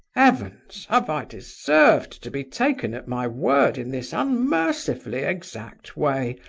heavens! have i deserved to be taken at my word in this unmercifully exact way,